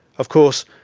of course,